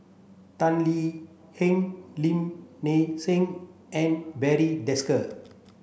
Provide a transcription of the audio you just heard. Tan Lee Leng Lim Nang Seng and Barry Desker